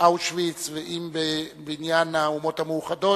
באושוויץ ואם בבניין האומות המאוחדות.